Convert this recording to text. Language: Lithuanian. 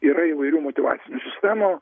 yra įvairių motyvacinių sistemų